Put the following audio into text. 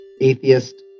atheist